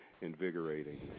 invigorating